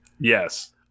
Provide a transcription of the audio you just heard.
Yes